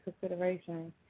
consideration